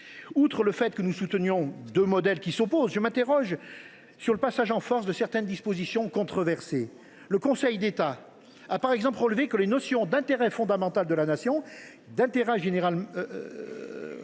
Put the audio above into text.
Outre le fait que nous soutenons deux modèles qui s’opposent, je m’interroge sur le passage en force de certaines dispositions controversées. Le Conseil d’État a par exemple relevé que les notions d’intérêt fondamental de la Nation, d’intérêt général